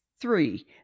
Three